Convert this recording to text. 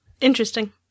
Interesting